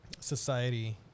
society